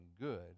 good